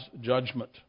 judgment